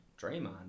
Draymond